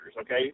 okay